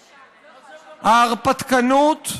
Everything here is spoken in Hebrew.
ההרפתקנות,